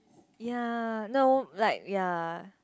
ya no like ya